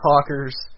talkers